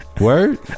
Word